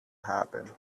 happen